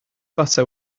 butter